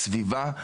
סביבה,